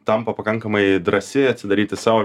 tampa pakankamai drąsi atsidaryti savo